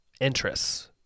interests